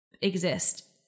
exist